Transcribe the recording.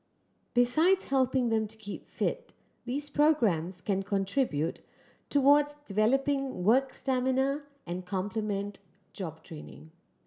besides helping them to keep fit these programmes can contribute towards developing work stamina and complement job training